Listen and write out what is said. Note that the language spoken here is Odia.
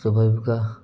ସ୍ୱାଭାବିକ